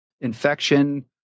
infection